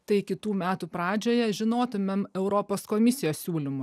tai kitų metų pradžioje žinotumėm europos komisijos siūlymus